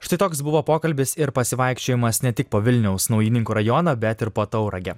štai toks buvo pokalbis ir pasivaikščiojimas ne tik po vilniaus naujininkų rajoną bet ir po tauragę